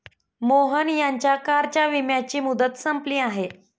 मोहन यांच्या कारच्या विम्याची मुदत संपली आहे